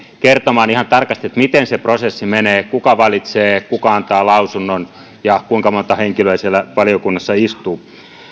kertomaan ihan tarkasti miten se prosessi menee kuka valitsee kuka antaa lausunnon ja kuinka monta henkilöä siellä valiokunnassa istuu